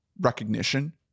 recognition